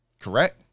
Correct